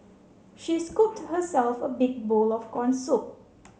she scooped herself a big bowl of corn soup